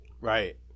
right